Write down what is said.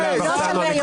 תגיד לי, על מה אתה מדבר?